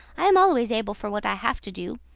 i am always able for what i have to do.